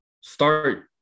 Start –